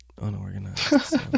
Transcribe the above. unorganized